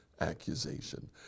accusation